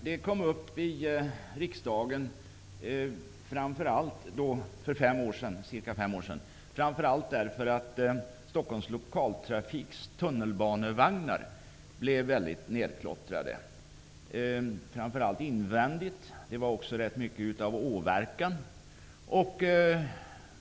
Det kom upp i riksdagen för cirka fem år sedan, framför allt därför att Stockholms Lokaltrafiks tunnelbanevagnar blev väldigt nerklottrade, speciellt invändigt. Det gjordes också stor åverkan.